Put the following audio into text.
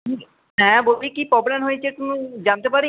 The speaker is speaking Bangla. হ্যাঁ বলি কী প্রবলেম হয়েছে একটু জানতে পারি